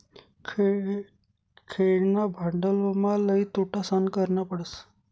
खेळणा भांडवलमा लई तोटा सहन करना पडस